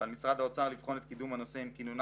ועל משרד האוצר לבחון את קידום הנושא עם כינונה